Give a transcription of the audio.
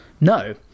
no